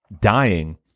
dying